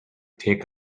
take